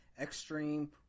Extreme